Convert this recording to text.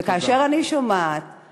וכאשר אני שומעת,